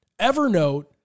Evernote